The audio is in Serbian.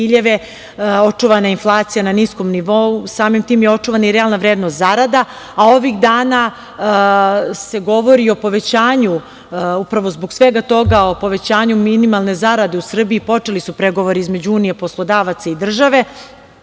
očuvana je inflacija na niskom nivou, samim tim je očuvana i realna vrednost zarada, a ovih dana se govori i o povećanju, upravo zbog svega toga, minimalne zarade u Srbiji. Počeli su pregovori između Unije poslodavaca i države.